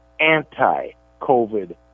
anti-COVID